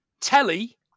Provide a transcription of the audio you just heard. Telly